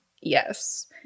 Yes